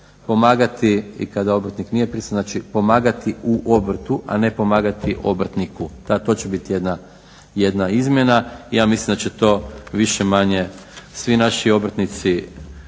pomagati u obrtu, a ne pomagati obrtniku. Da, to će biti jedna izmjena i ja mislim da će to više-manje svi naši obrtnici